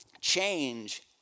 Change